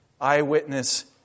eyewitness